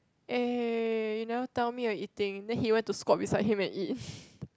eh you never tell me you're eating then he went to squat beside him and eat